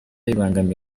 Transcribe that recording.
bibangamira